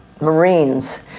marines